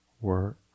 work